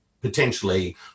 potentially